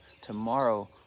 tomorrow